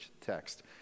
text